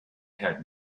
had